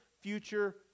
future